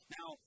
Now